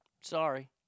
Sorry